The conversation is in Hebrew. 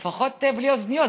לפחות בלי אוזניות.